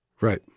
Right